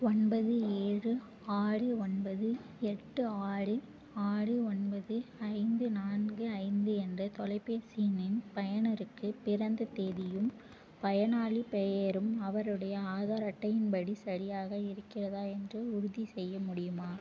ஒன்பது ஏழு ஆறு ஒன்பது எட்டு ஆறு ஆறு ஒன்பது ஐந்து நான்கு ஐந்து என்ற தொலைபேசி எண் பயனருக்கு பிறந்த தேதியும் பயனாளிப் பெயரும் அவருடைய ஆதார் அட்டையின் படி சரியாக இருக்கிறதா என்று உறுதிசெய்ய முடியுமா